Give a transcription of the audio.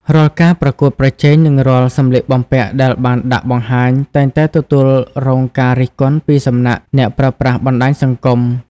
រាល់ការប្រកួតប្រជែងនិងរាល់សម្លៀកបំពាក់ដែលបានដាក់បង្ហាញ តែងតែទទួលរងការរិះគន់ពីសំណាក់អ្នកប្រើប្រាស់បណ្តាញសង្គម។